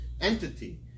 entity